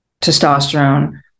testosterone